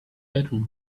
bedroom